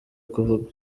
kuvuga